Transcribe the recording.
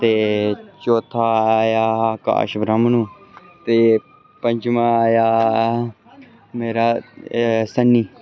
ते चौथा आया अकाश ब्राह्मणु ते पंजमा आया मेरा सन्नी